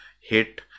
hit